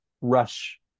rush